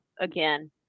again